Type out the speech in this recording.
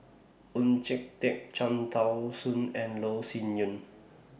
Oon Jin Teik Cham Tao Soon and Loh Sin Yun